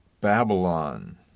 Babylon